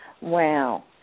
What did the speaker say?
Wow